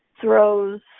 throws